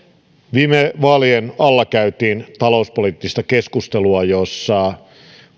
viime vaalien alla käytiin talouspoliittista keskustelua jossa